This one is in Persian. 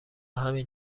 همین